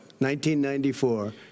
1994